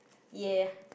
ya